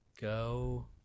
go